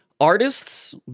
artists